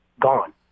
gone